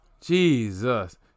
Jesus